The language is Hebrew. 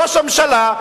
ראש הממשלה,